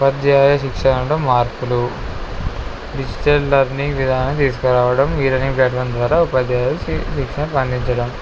ఉపాధ్యాయ శిక్షణలో మార్పులు digital learning విధానం తీసుకురావడం ఈ లెర్నింగ్ ప్లాట్ఫామ్ ద్వారా ఉపాధ్యాయులు శ శిక్షణ అందించడం